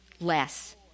less